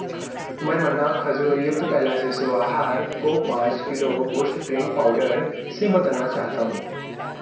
मैं मन्ना खजूर युक्त पहला शिशु आहार को पाँच किलो बूस्ट ड्रिंक पाउडर से बदलना चाहता हूँ